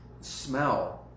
smell